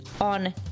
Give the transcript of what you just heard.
on